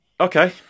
Okay